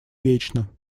вечно